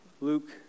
Luke